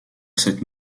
cette